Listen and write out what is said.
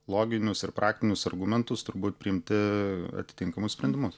loginius ir praktinius argumentus turbūt priimti atitinkamus sprendimus